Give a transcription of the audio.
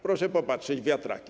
Proszę popatrzeć na wiatraki.